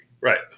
Right